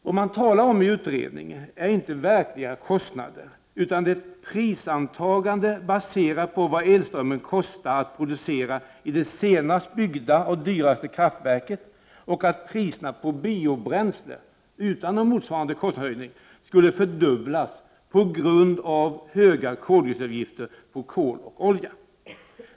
Det man talar om i utredningen är inte verkliga kostnader utan ett antagande om priset baserat på vad elströmmen kostar att producera i det senast byggda och dyraste kraftverket och ett antagande om att priserna på biobränslen kommer att fördubblas på grund av höga koldioxidavgifter på kol och olja.